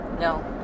No